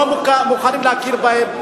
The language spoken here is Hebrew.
לא מוכנים להכיר בהם.